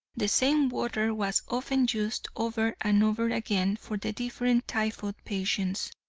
the same water was often used over and over again for the different typhoid patients.